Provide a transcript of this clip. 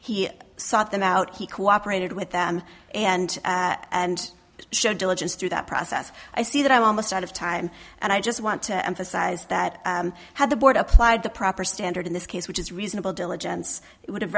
sought them out he cooperated with them and and showed diligence through that process i see that i'm almost out of time and i just want to emphasize that had the board applied the proper standard in this case which is reasonable diligence would have